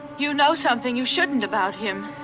you know something you shouldn't about him.